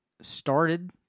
started